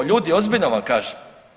Ljudi ozbiljno vam kažem.